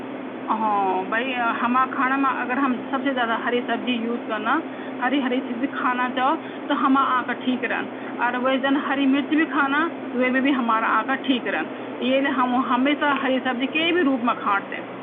जे खोणु ता हमुन भोत दिन तक चलोंण वे ते हमुन क्य कन पैणी कमी वे मा हमुन पैणी कम से कम डान चेंद क़िले की पैणी ज़्यादा व्होण से ही ऊ गिलू रौनलो वे मा कीटाणु वला वे माँ फूफुंदी लेग जाली ये वेल हमुन वेमा पाणी कम कम रखूँण चेंद